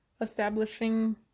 establishing